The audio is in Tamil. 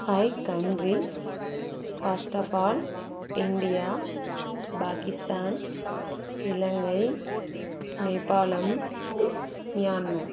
five countries first of all India Pakistan இலங்கை நேபாளம் மியான்மர்